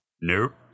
Nope